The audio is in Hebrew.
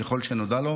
ככל שנודע לו,